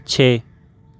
چھ